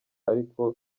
ariko